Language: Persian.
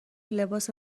لباس